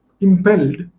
impelled